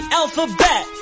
alphabet